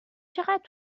چقدر